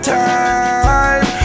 time